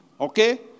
Okay